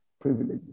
privileges